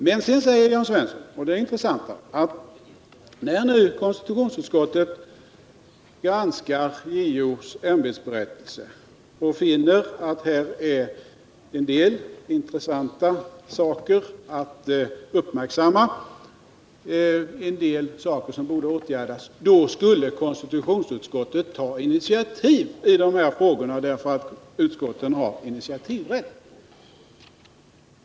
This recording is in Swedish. Men sedan säger Jörn Svensson, och det är det intressanta, att när nu konstitutionsutskottet granskar JO:s ämbetsberättelse och finner en del saker som borde åtgärdas, skulle konstitutionsutskottet ta initiativ i de frågorna därför att utskotten har initiativrätt.